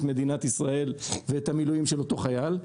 מדינת ישראל ואת המילואים של אותו חייל,